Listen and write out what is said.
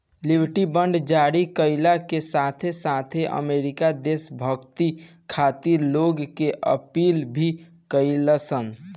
liberty bond जारी कईला के साथे साथे अमेरिका देशभक्ति खातिर लोग से अपील भी कईलस